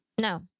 No